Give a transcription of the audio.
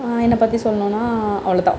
என்னை பற்றி சொல்லணுனா அவ்வளோதான்